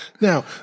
Now